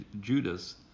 Judas